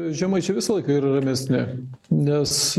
žemaičiai visą laiką yra ramesni nes